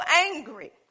angry